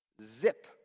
zip